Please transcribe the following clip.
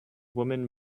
woman